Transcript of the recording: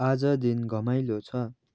आज दिन घमाइलो छ